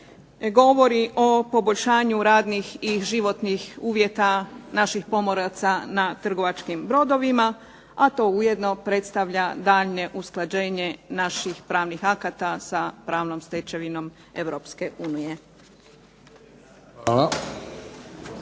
govori o poboljšanju radnih i životnih uvjeta naših pomoraca na trgovačkim brodovima, a to ujedno predstavlja daljnje usklađenje naših pravnih akata sa pravnom stečevinom Europske unije.